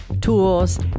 tools